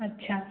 अच्छा